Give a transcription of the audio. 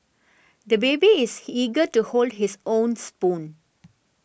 the baby is eager to hold his own spoon